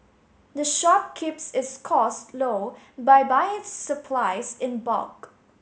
the shop keeps its costs low by buying its supplies in bulk